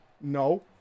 No